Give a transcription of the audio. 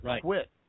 quit